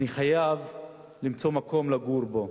אני חייב למצוא מקום לגור בו.